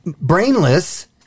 Brainless